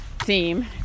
theme